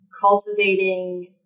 cultivating